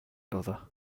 other